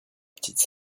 petite